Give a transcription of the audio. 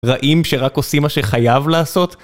רעים שרק עושים מה שחייב לעשות?